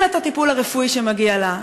תן לה את הטיפול הרפואי שמגיע לה,